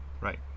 Right